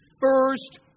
first